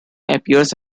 appears